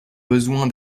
besoin